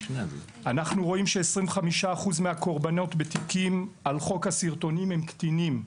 אנחנו רואים ש-25% מהקורבנות בתיקים על חוק הסרטונים הם קטינים.